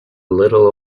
little